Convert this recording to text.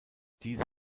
diese